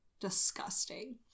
Disgusting